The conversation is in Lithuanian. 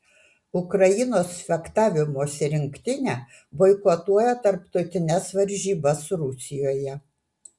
ukrainos fechtavimosi rinktinė boikotuoja tarptautines varžybas rusijoje